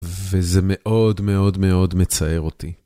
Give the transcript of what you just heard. וזה מאוד מאוד מאוד מצער אותי.